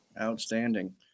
Outstanding